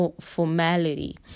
formality